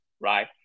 right